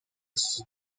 sus